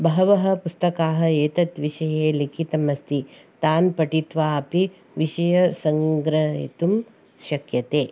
बहवः पुस्तकानि एतत् विषये लिखितम् अस्ति तान् पठित्वा अपि विषयसङ्ग्रयितुं शक्यते